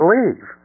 Leave